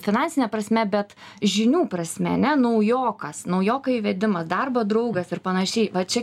finansine prasme bet žinių prasme ane naujokas naujoka įvedima darbo draugas ir panašiai va čia